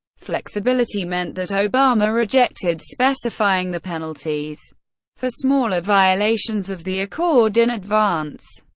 flexibility meant that obama rejected specifying the penalties for smaller violations of the accord in advance.